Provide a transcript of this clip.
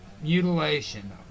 mutilation